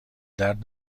درد